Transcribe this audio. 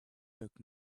took